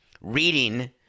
reading